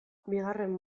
bigarren